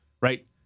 right